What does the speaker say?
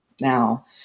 now